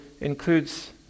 includes